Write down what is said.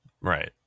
Right